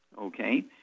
Okay